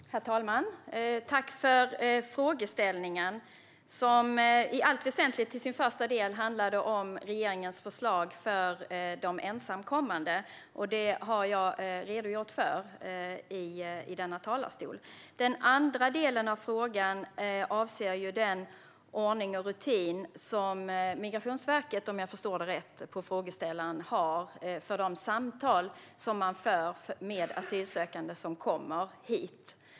Herr talman! Tack för frågan, Christian Holm Barenfeld! Den första delen handlade i allt väsentligt om regeringens förslag för de ensamkommande. Detta har jag redogjort för i denna talarstol. Den andra delen avser den ordning och rutin som Migrationsverket har för de samtal som man för med asylsökande som kommer hit.